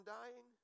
dying